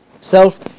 self